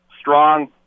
strong